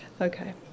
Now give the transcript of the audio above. Okay